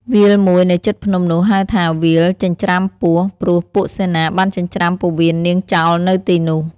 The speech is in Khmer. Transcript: វាលមួយនៅជិតភ្នំនោះ ហៅថា វាលចិញ្ច្រាំពោះ ព្រោះពួកសេនាបានចិញ្ច្រាំពោះវៀននាងចោលនៅទីនោះ។